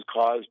caused